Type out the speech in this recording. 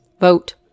Vote